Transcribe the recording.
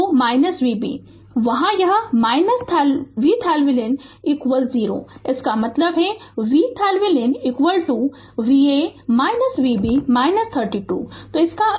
तो Vb और वहाँ यह है VThevenin 0 इसका मतलब है VThevenin Va Vb 32 तो इसका मतलब हैइसे हम यहाँ स्पष्ट कर दे